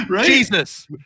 Jesus